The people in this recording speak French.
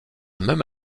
même